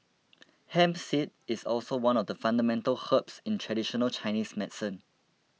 hemp seed is also one of the fundamental herbs in traditional Chinese medicine